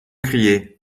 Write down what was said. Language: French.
crié